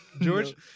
George